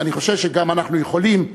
ואני חושב שגם אנחנו יכולים,